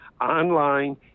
online